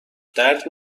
درد